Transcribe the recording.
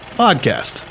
podcast